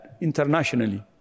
internationally